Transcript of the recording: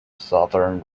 southern